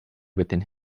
within